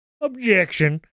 objection